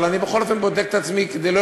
אבל אני בכל אופן בודק את עצמי כדי לא